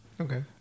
Okay